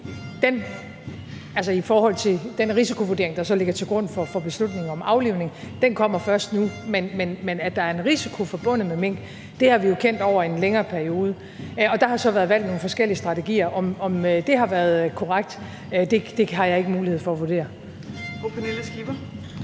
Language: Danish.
risikovurdering, der så ligger til grund for beslutningen om aflivning, kommer først nu, men at der er en risiko forbundet med mink, har vi jo kendt til over en længere periode. Der har så været valgt nogle forskellige strategier. Om det har været korrekt, har jeg ikke mulighed for at vurdere. Kl.